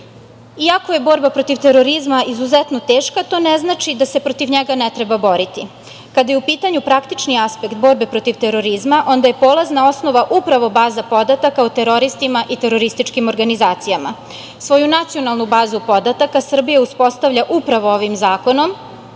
je borba protiv terorizma izuzetno teška, to ne znači da se protiv njega ne treba boriti. Kada je u pitanju praktični aspekt borbe protiv terorizma onda je polazna osnova upravo baza podataka o teroristima i terorističkim organizacijama. Svoju Nacionalnu bazu podataka Srbija uspostavlja upravo ovim zakonom